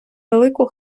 велику